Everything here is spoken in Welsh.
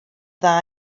dda